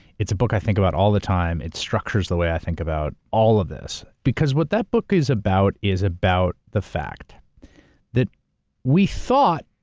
it's a book i think about all the time, it structures the way i think about all of this, because what that book is about is about the fact that we thought,